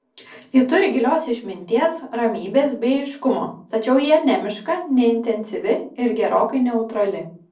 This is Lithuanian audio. ji turi gilios išminties ramybės bei aiškumo tačiau ji anemiška neintensyvi ir gerokai neutrali